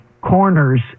corners